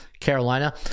Carolina